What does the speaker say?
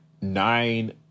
nine